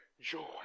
joy